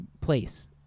place